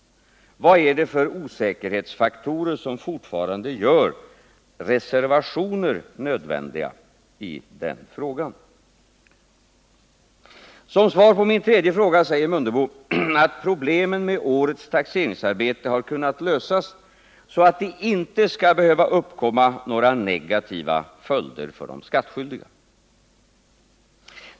Vad är det för osäkerhetsfaktorer som fortfarande gör reservationer nödvändiga i den frågan? Som svar på min tredje fråga säger Ingemar Mundebo att problemen med årets taxeringsarbete har kunnat lösas så, att det inte skall behöva uppkomma några negativa följder för de skattskyldiga.